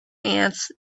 ants